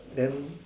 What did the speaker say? then